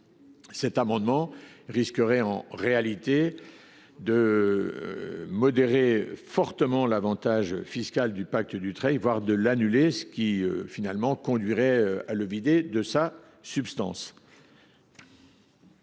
de cession, risquerait en réalité de modérer fortement l’avantage fiscal du pacte Dutreil, voire de l’annuler, ce qui finalement conduirait à le vider de sa substance.